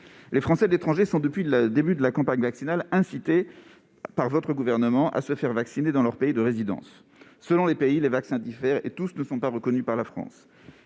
Les Français de l'étranger sont, depuis le début de la campagne vaccinale, incités par votre gouvernement à se faire vacciner dans leur pays de résidence. Selon les pays, les vaccins diffèrent et tous ne sont pas reconnus par la France.